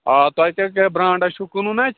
آ توہہِ کیٛاہ کیٛاہ برانڈا چھُو کٕنُن اَتہِ